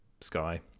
Sky